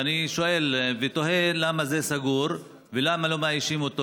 ואני שואל ותוהה: למה זה סגור ולמה לא מאיישים אותו,